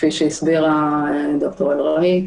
כפי שהסבירה ד"ר אלרעי.